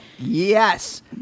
Yes